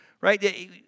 Right